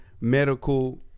medical